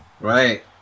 Right